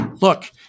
look